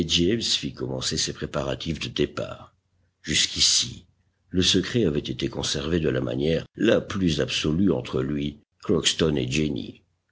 james fit commencer ses préparatifs de départ jusqu'ici le secret avait été conservé de la manière la plus absolue entre lui crockston et jenny